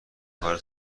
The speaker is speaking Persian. کار